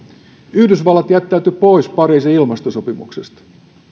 yhdysvallat jättäytyi pois pariisin ilmastosopimuksesta